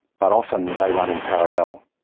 but often they run in parallel.